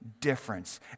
difference